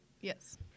Yes